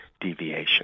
deviation